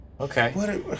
Okay